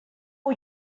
all